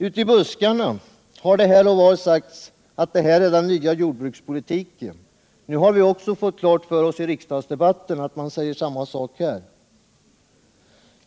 Ute i buskarna har det här och var sagts att detta är den nya jordbrukspoltiken. Nu har vi också fått klart för oss att man säger samma sak här i riksdagsdebatten.